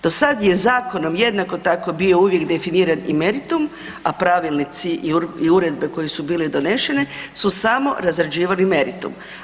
Do sad je zakonom jednako tako bio uvijek definiran i meritum a pravilnici i uredbe koje su bile donesene su samo razrađivali meritum.